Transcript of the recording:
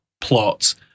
plot